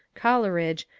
coleridge,